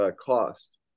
cost